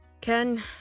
Ken